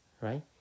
right